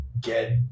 get